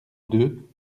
deux